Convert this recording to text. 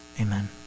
Amen